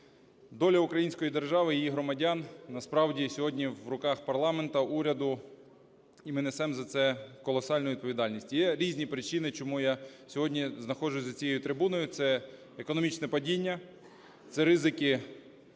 доля української держави і її громадян, насправді, сьогодні в руках парламенту, уряду, і ми несемо за це колосальну відповідальність. Є різні причини, чому я сьогодні знаходжусь за цією трибуною. Це економічне падіння, це ризики